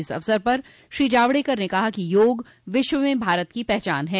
इस अवसर पर श्री जावड़ेकर ने कहा कि योग विश्व में भारत की पहचान है